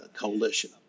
coalition